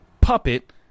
puppet